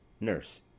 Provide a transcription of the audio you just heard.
Nurse